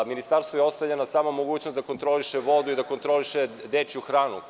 Ministarstvu je ostavljeno samo mogućnost da kontroliše vodu i da kontroliše dečiju hranu.